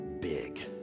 big